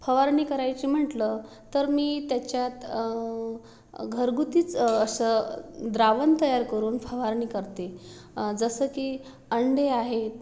फवारणी करायची म्हटलं तर मी त्याच्यात घरगुतीच असं द्रावण तयार करून फवारणी करते जसं की अंडे आहे